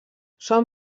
són